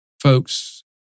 Folks